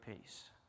peace